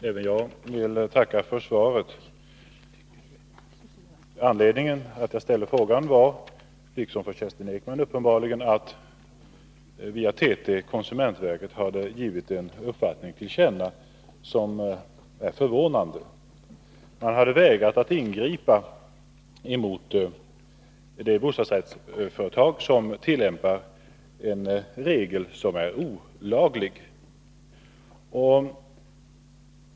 Herr talman! Även jag vill tacka för svaret. Anledningen till att jag ställde frågan var, liksom uppenbarligen för Kerstin Ekman, att konsumentverket via TT hade givit en uppfattning till känna som var förvånande. Konsumentverket hade vägrat att ingripa mot det bostadsrättsföretag som tillämpar en regel som är olaglig.